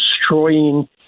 destroying